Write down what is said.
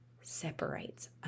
separates